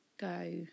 go